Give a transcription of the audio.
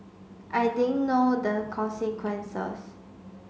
I didn't know the consequences